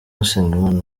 usengimana